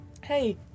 hey